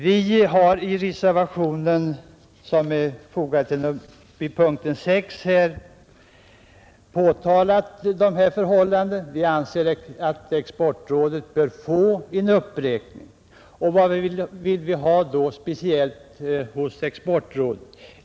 Vi har i reservationen 1, som är fogad till punkten 6, påtalat dessa förhållanden. Vi anser att exportrådet bör få en uppräkning. Och vad vill vi då speciellt ha hos exportrådet?